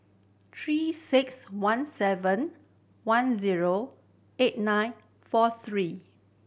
Three Six One seven one zero eight nine four three